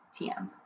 TM